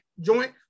joint